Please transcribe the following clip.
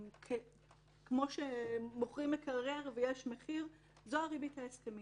כמו שמוכרים מקרר ויש מחיר, זו הריבית ההסכמית.